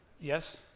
Yes